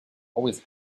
always